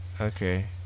okay